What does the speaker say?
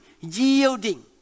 yielding